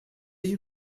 you